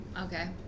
okay